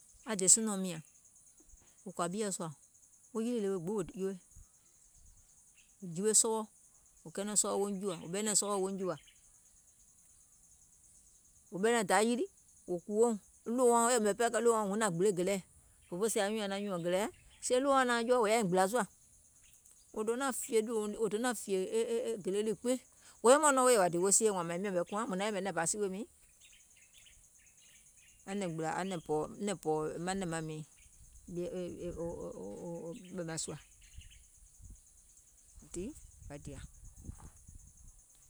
maŋ dè sunɔ̀ɔŋ mìȧŋ wò kɔ̀ȧ ɓieɛ̀ sùȧ, wo yilì ɗewe gbiŋ wò jiwe, wò jiwe sɔwɔ, wò kɛnɛŋ sɔwɔɔ̀ wòuŋ jìwà, wò ɓɛnɛ̀ŋ sɔwɔɔ̀ wouŋ jìwà, wò ɓɛnɛ̀ŋ da yilì, wò kùwòuŋ, wo ɗòwouɔ̀ŋ huŋ nȧŋ gbile gèlɛɛ̀, òfoo sèè nyùùŋ nyaŋ nȧn nyùɔ̀ŋ gèleɛ̀, sèè ɗòwouɔ̀ŋ naaŋ jɔ̀ wò yȧìŋ gbìlȧ sùȧ, wò donȧŋ fìyè e gèle lii gbiŋ, wò yɛmɛ̀um nɔŋ wo yèwà dìì wo sie wààŋ sɔ̀ɔ̀ maìŋ yɛ̀mɛ̀ sìwè, manɛ̀ŋ pɔ̀ɔ̀ manɛ̀ŋ maŋ miiŋ,